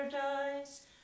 paradise